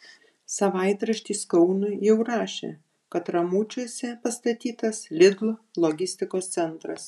savaitraštis kaunui jau rašė kad ramučiuose pastatytas lidl logistikos centras